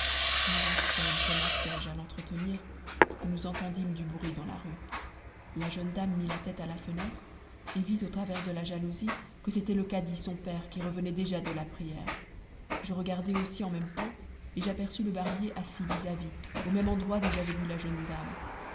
mais à peine commençais je à l'entretenir que nous entendîmes du bruit dans la rue la jeune dame mit la tête à la fenêtre et vit au travers de la jalousie que c'était le cadi son père qui revenait déjà de la prière je regardai aussi en même temps et j'aperçus le barbier assis vis-à-vis au même endroit d'où j'avais vu la jeune dame